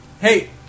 Hey